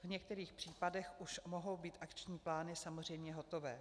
V některých případech už mohou být akční plány samozřejmě hotové.